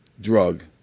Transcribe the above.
drug